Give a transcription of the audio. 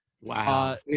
Wow